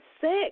six